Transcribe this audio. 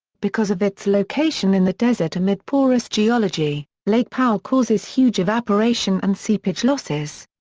because of its location in the desert amid porous geology, lake powell causes huge evaporation and seepage losses.